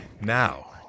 Now